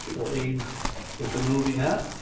will aid with removing that.